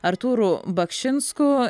artūru bakšinsku